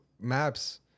maps